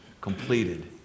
completed